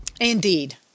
Indeed